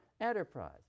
enterprise